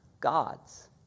Gods